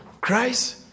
Christ